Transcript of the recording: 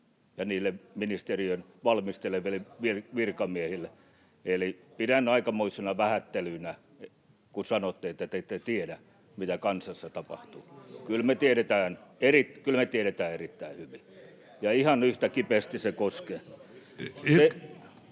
asti ja ministeriön valmisteleville virkamiehille. Eli pidän aikamoisena vähättelynä, kun sanotte, että me emme tiedä, mitä kansassa tapahtuu. Kyllä me tiedetään erittäin hyvin, ja ihan yhtä kipeästi se koskee.